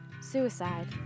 Suicide